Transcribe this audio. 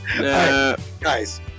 Guys